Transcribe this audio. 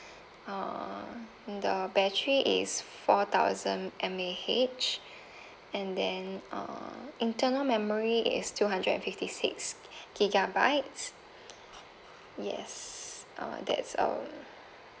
uh the battery is four thousand M_A_H and then uh internal memory is two hundred and fifty six gigabytes yes uh that's a